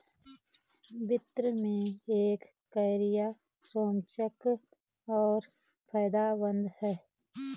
वित्त में एक कैरियर रोमांचक और फायदेमंद है